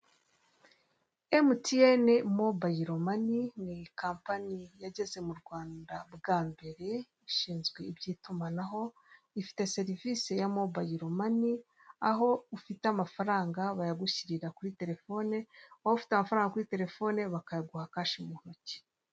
Emutiyene mobayiro mani ni kampani yageze mu rwanda bwa mbere, ishinzwe iby'itumanaho, ifite serivisi ya mobayiro mani aho ufite amafaranga bayagushyirira kuri telefone, waba ufite amafaranga kuri telefoni bakayaguha kashe mu ntoki.